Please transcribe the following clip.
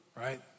right